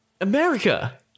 america